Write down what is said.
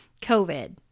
COVID